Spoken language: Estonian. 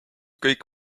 kõik